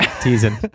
Teasing